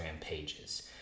pages